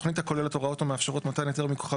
"תוכנית הכוללת הוראות המאפשרות מתן היתר מכוחה